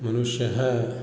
मनुष्यः